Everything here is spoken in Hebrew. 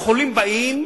החולים באים,